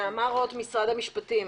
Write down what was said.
נעמה רוט, משרד המשפטים.